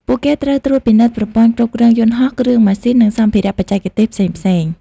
ពួកគេត្រូវត្រួតពិនិត្យប្រព័ន្ធគ្រប់គ្រងយន្តហោះ គ្រឿងម៉ាស៊ីន និងសម្ភារៈបច្ចេកទេសផ្សេងៗ។